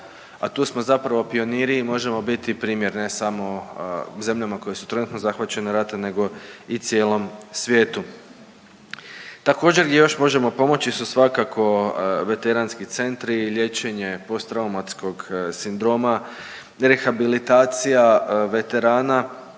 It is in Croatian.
a tu smo zapravo pioniri i možemo biti primjer ne samo zemljama koje su trenutno zahvaćene ratom nego i cijelom svijetu. Također gdje još možemo pomoći su svakako veteranski centri, liječenje posttraumatskog sindroma, rehabilitacija veterana.